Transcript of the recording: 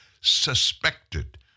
suspected